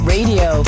Radio